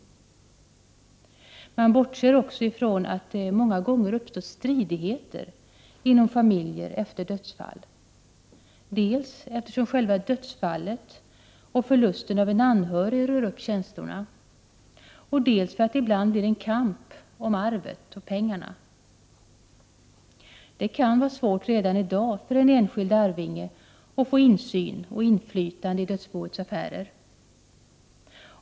Vidare bortser man från att det många gånger uppstår stridigheter inom familjer efter dödsfall dels eftersom själva dödsfallet och förlusten av en anhörig rör upp känslorna, dels därför att det ibland blir en kamp om arvet och pengarna. Det kan vara svårt redan i dag för en enskild arvinge att få insyn i och inflytande över dödsboets affärer.